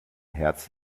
herz